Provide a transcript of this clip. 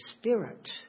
Spirit